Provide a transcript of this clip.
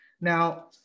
Now